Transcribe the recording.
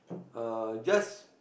uh just